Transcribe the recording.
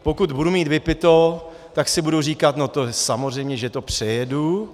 Pokud budu mít vypito, tak si budu říkat no, samozřejmě že to přejedu.